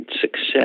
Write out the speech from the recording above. success